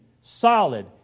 solid